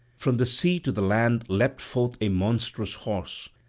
from the sea to the land leapt forth a monstrous horse,